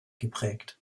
geprägt